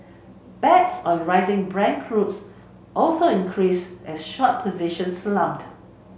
bets on rising Brent also increased as short position slumped